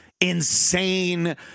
insane